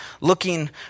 looking